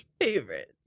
favorite